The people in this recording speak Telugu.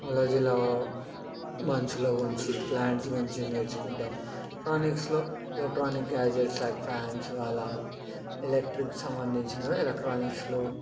బయాలజీలో మనిషిల గురించి ప్లాంట్స్ ల గురించి నేర్చుకుంటాం ఎలక్ట్రానిక్స్లో ఎలక్ట్రానిక్ గ్యాడ్జెట్స్ లైక్ ఫ్యాన్స్ అలా ఎలక్ట్రిక్ సంబంధించినవి ఎలక్ట్రానిక్స్లో